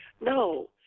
No